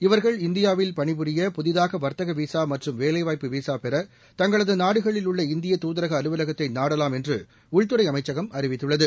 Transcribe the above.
இவர்கள் இந்தியாவில் பணிபுரிய புதிதாக வர்த்தக விசா மற்றும் வேலைவாய்ப்பு விசா பெற தங்களது நாடுகளில் உள்ள இந்திய தூதரக அலுவலகத்தை நாடலாம் என்று உள்துறை அமைச்சகம் அறிவித்துள்ளது